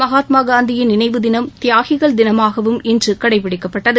மகாத்மா காந்தியின் நினைவு தினம் தியாகிகள் தினமாகவும் இன்று கடைப்பிடிக்கப்பட்டது